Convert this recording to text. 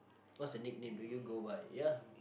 what's the nickname do you go by ya